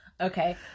Okay